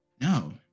no